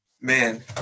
Man